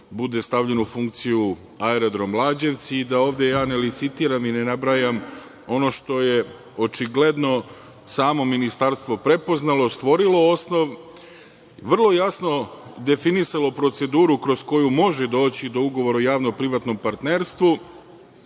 bude stavljen u funkciju Aerodrom „Lađevci“ i da ovde ne licitiram i ne nabrajam ono što je očigledno, samo ministarstvo prepoznalo, stvorilo osnov i vrlo jasno definisalo proceduru kroz koju može doći do ugovora o javno privatnom partnerstvu,